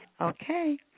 Okay